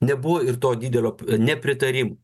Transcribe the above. nebuvo ir to didelio nepritarimo